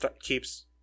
keeps